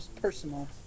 personal